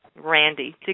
Randy